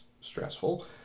stressful